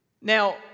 Now